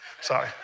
sorry